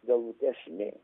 galbūt dešinėj